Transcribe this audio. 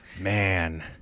Man